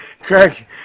Craig